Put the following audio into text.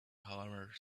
however